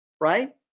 right